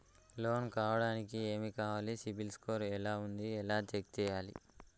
Loan కావడానికి ఏమి కావాలి సిబిల్ స్కోర్ ఎలా ఉంది ఎలా చెక్ చేయాలి?